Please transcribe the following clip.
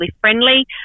friendly